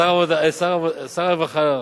שר הרווחה.